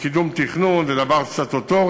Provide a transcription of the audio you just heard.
וקידום תכנון זה דבר סטטוטורי,